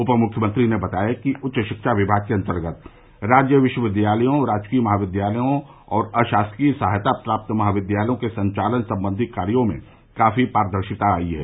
उप मुख्यमंत्री ने बताया कि उच्च शिक्षा विभाग के अंतर्गत राज्य विश्वविद्यालयों राजकीय महाविद्यालयों और अशासकीय सहायता प्राप्त महाविद्यालयों के संचालन संबंधी कार्यो में काफी पारदर्शिता आई है